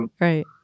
Right